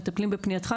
מטפלים בפנייתך',